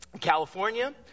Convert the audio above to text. California